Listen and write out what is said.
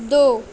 دو